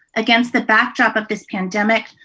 against the backdrop of this pandemic,